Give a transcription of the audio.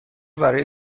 برای